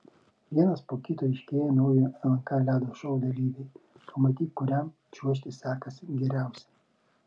vienas po kito aiškėja naujojo lnk ledo šou dalyviai pamatyk kuriam čiuožti sekasi geriausiai